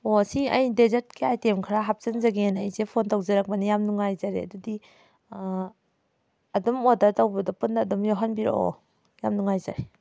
ꯑꯣ ꯁꯤ ꯑꯩ ꯗꯦꯖꯔꯠꯀꯤ ꯑꯥꯏꯇꯦꯝ ꯈꯔ ꯍꯥꯞꯆꯤꯟꯖꯒꯦꯅ ꯑꯩꯁꯦ ꯐꯣꯟ ꯇꯧꯖꯔꯛꯄꯅꯤ ꯌꯥꯝ ꯅꯨꯡꯉꯥꯏꯖꯔꯦ ꯑꯗꯨꯗꯤ ꯑꯗꯨꯝ ꯑꯣꯔꯗꯔ ꯇꯧꯕꯗ ꯄꯨꯟꯅ ꯑꯗꯨꯝ ꯌꯥꯎꯍꯟꯕꯤꯔꯛꯑꯣ ꯌꯥꯝ ꯅꯨꯡꯉꯥꯏꯖꯔꯦ